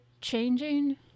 changing